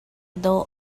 dawh